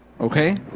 Okay